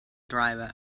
driver